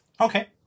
Okay